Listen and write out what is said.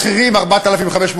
לשכירים 4,500,